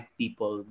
people